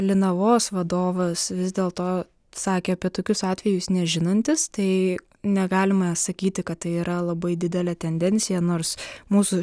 linavos vadovas vis dėlto sakė apie tokius atvejus nežinantis tai negalima sakyti kad tai yra labai didelė tendencija nors mūsų